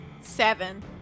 Seven